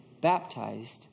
baptized